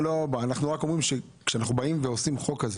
אנחנו רק אומרים שכשאנחנו עושים חוק כזה,